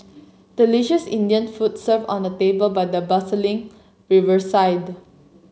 delicious Indian foods served on a table by the bustling riverside